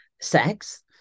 sex